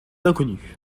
inconnu